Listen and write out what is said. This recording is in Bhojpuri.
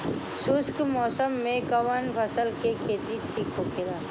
शुष्क मौसम में कउन फसल के खेती ठीक होखेला?